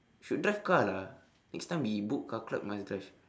should drive car lah next time we book car club you must drive